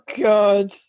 god